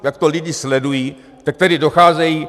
Jak to lidé sledují, tak tady docházejí.